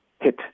hit